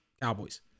Cowboys